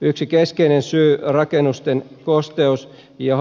yksi keskeinen syy rakennusten kosteus ja